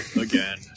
again